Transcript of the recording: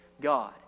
God